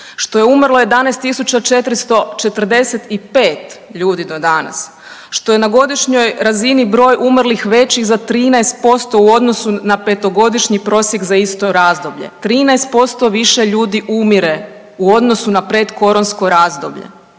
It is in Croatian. što je umrlo 11.445 ljudi do danas, što je na godišnjoj razini broj umrlih veći za 13% u odnosu na petogodišnji prosjek za isto razdoblje. 13% više ljudi umire u odnosu na predkoronsko razdoblje.